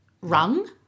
rung